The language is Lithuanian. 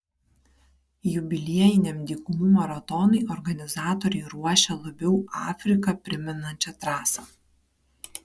jubiliejiniam dykumų maratonui organizatoriai ruošia labiau afriką primenančią trasą